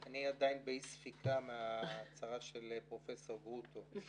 אני עדיין באי ספיקה מההצהרה של פרופ' גרוטו.